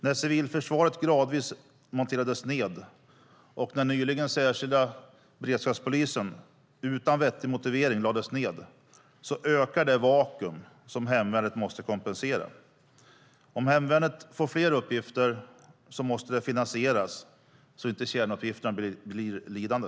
När civilförsvaret gradvis monterades ned och när nyligen särskilda beredskapspolisen utan vettig motivering lades ned ökade det vakuum som hemvärnet måste kompensera. Om hemvärnet får fler uppgifter måste de finansieras så att inte kärnuppgifterna blir lidande.